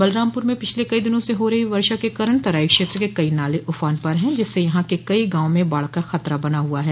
बलरामपूर में पिछले कई दिनों से हो रही वर्षा के कारण तराई क्षेत्र के कई नाले उफान पर है जिससे यहां के कई गांवों में बाढ़ का खतरा बना हुआ है